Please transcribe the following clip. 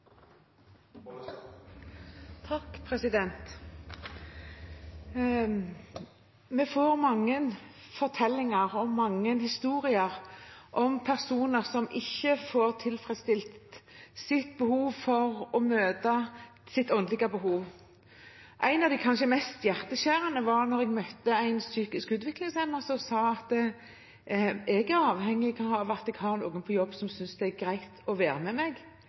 Vi får mange fortellinger og historier om personer som ikke får tilfredsstilt sitt åndelige behov. En av de kanskje mest hjerteskjærende historiene fikk jeg da jeg møtte en psykisk utviklingshemmet som sa at han var avhengig av at det var noen på jobb som syntes det var greit å være med ham eller vise ham veien dit. Og det var ikke ofte, sa han til meg.